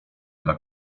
dla